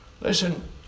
Listen